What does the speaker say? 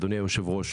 אדוני היושב-ראש: